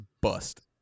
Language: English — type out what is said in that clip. bust